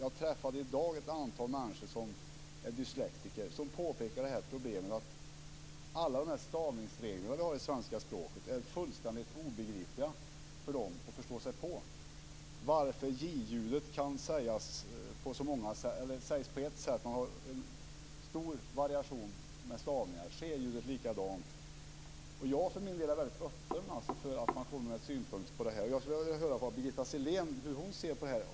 Jag träffade i dag ett antal människor som är dyslektiker som påpekade problemet att alla stavningsregler vi har i svenska språket är fullständigt omöjliga för dem att förstå sig på, t.ex. varför j-ljudet sägs på ett sätt men har en stor variation på stavningen, och det är samma sak med sje-ljudet. Jag för min del är väldigt öppen för att man kommer med synpunkter på det här, och jag skulle vilja höra hur Birgitta Sellén ser på det här.